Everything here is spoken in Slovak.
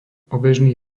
obežný